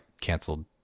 canceled